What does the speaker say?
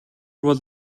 бол